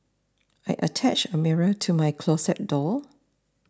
I attached a mirror to my closet door